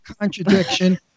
contradiction